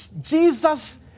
Jesus